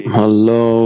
hello